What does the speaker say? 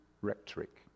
rhetoric